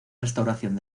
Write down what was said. restauración